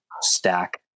stack